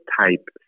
type